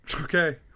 Okay